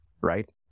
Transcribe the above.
right